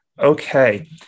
Okay